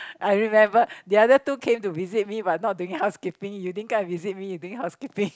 I remember the other two came to visit me but not doing housekeeping you didn't come and visit me you doing housekeeping